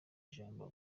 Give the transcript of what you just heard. ijambo